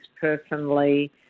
personally